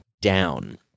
down